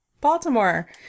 Baltimore